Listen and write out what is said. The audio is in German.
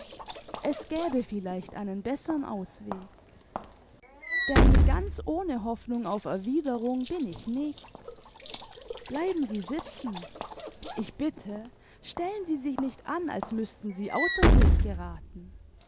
es gäbe vielleicht einen bessern ausweg denn ganz ohne hoffnung auf erwiderung bin ich nicht bleiben sie sitzen ich bitte stellen sie sich nicht an als müßten sie außer sich gerathen